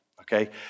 okay